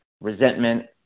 resentment